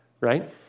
Right